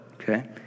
Okay